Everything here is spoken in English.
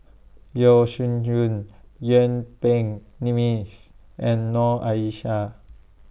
Yeo Shih Yun Yuen Peng and Noor Aishah